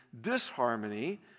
disharmony